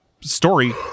story